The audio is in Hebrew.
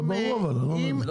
זה ברור אני לא מבין.